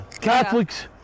Catholics